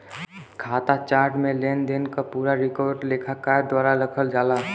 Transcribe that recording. खाता चार्ट में लेनदेन क पूरा रिकॉर्ड लेखाकार द्वारा रखल जाला